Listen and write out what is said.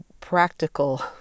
practical